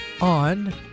on